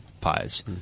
pies